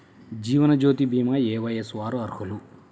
జీవనజ్యోతి భీమా ఏ వయస్సు వారు అర్హులు?